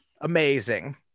amazing